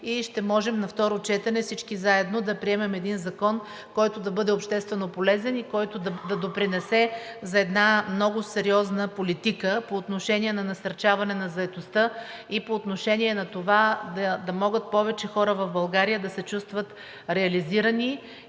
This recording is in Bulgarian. и ще можем на второ четене всички заедно да приемем един закон, който да бъде общественополезен и който да допринесе за една много сериозна политика по отношение на насърчаване на заетостта и по отношение на това да могат повече хора в България да се чувстват реализирани